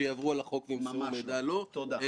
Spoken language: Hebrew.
שלא מזיק ופוגע בחובת הסודיות.